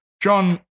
John